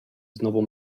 znowu